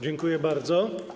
Dziękuję bardzo.